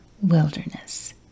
wilderness